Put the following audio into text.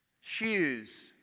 Shoes